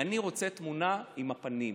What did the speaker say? אני רוצה תמונה עם הפנים,